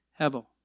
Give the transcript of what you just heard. Hevel